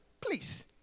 Please